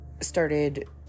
started